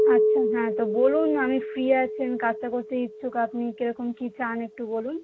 আচ্ছা হ্যাঁ তো বলুন আমি ফ্রি আছি আমি কাজটা করতে ইচ্ছুক আপনি কিরকম কী চান একটু বলুন